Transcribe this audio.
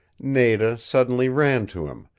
nada suddenly ran to him,